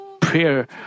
prayer